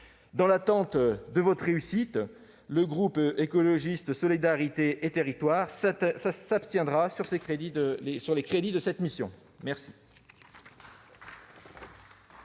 Dans l'attente de votre réussite, le groupe Écologiste - Solidarité et Territoires s'abstiendra sur les crédits de la mission. La